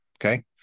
okay